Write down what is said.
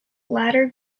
latter